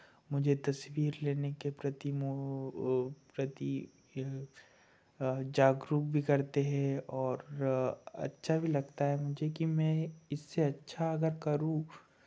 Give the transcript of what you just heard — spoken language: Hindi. मुझे तस्वीर लेने के प्रति वो प्रति यह जागरुक भी करते हैं और अच्छा भी लगता है मुझे कि मैं इससे अच्छा अगर करूँ